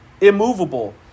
immovable